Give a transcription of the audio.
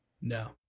No